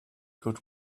good